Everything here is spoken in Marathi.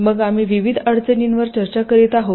मग आम्ही विविध अडचणींवर चर्चा करीत आहोत